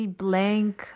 blank